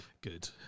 Good